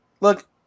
Look